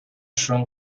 són